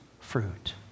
fruit